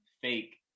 fake